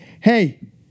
Hey